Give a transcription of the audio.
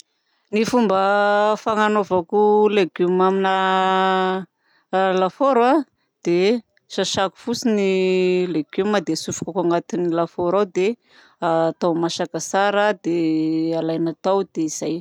Ny fomba fananovako légume amina lafaoro dia sasako fotsiny légume dia hatsofokako agnaty lafaoro ao dia atao masaka tsara dia alaina tao. Dia zay!